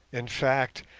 in fact,